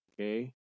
Okay